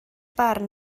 barn